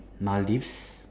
Maldives